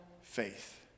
faith